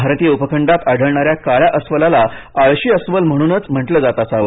भारतीय उपखंडात आढळणाऱ्या काळ्या अस्वलाला आळशी अस्वल म्हणूनच म्हणत असावेत